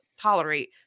tolerate